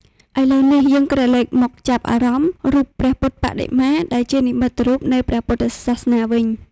ឥឡូវនេះ យើងក្រឡេកមកចាប់អារម្មណ៍ រូបព្រះពុទ្ធបដិមា ដែលជានិមិត្តរូបនៃពុទ្ធសាសនាវិញ។